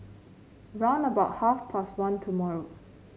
round about half past one tomorrow